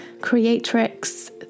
creatrix